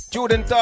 Jordan